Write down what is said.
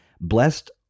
Blessed